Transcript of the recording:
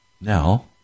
Now